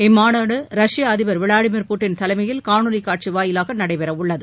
இம்மாநாடு ரஷ்ய அதிபர் விளாடிமிர் புதின் தலைமையில் காணொலி காட்சி வாயிலாக நடைபெறவுள்ளது